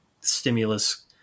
stimulus